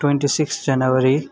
twenty six January